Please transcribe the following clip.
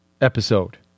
episode